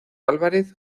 álvarez